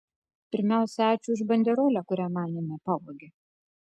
pirmiausia ačiū už banderolę kurią manėme pavogė